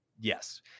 yes